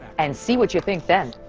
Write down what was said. and see what you think then.